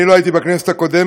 אני לא הייתי בכנסת הקודמת,